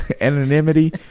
Anonymity